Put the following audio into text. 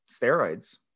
steroids